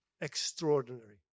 extraordinary